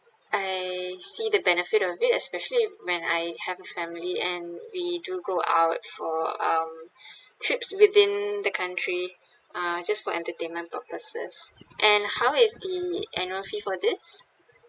I see the benefit of it especially when I have a family and we do go out for um trips within the country uh just for entertainment purposes and how is the annual fee for this